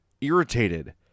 irritated